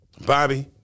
Bobby